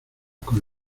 con